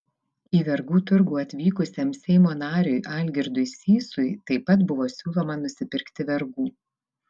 į vergų turgų atvykusiam seimo nariui algirdui sysui taip pat buvo siūloma nusipirkti vergų